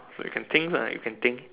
so you can think lah you can think